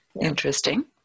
interesting